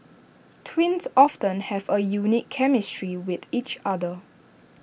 twins often have A unique chemistry with each other